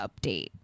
update